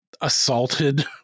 assaulted